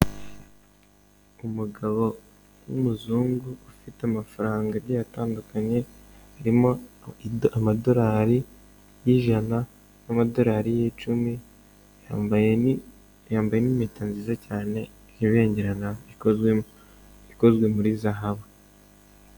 Umugabo w'umuzungu afite amafaranga agiye atandukanye, harimo amadorari y'ijana n'amadorari y'icumi. Yambaye n'impeta nziza cyane ibengerana ikozwe muri zahabu.